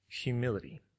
humility